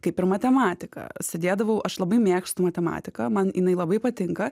kaip ir matematika sėdėdavau aš labai mėgstu matematiką man jinai labai patinka